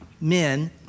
men